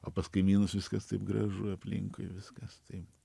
o pas kaimynus viskas taip gražu aplinkui viskas taip